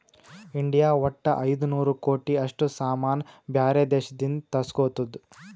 India ವಟ್ಟ ಐಯ್ದ ನೂರ್ ಕೋಟಿ ಅಷ್ಟ ಸಾಮಾನ್ ಬ್ಯಾರೆ ದೇಶದಿಂದ್ ತರುಸ್ಗೊತ್ತುದ್